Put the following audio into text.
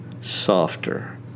softer